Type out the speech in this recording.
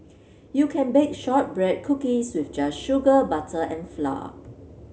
you can bake shortbread cookies with just sugar butter and flour